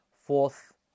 fourth